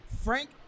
Frank